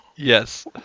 Yes